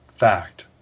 fact